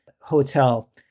hotel